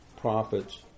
prophets